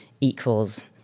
equals